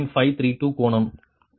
532 கோணம் 183